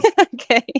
Okay